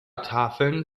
tafeln